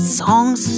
songs